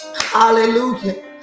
Hallelujah